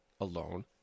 alone